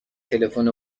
تلفن